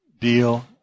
deal